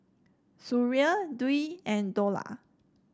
Suria Dwi and Dollah